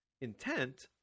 intent